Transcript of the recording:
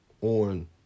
on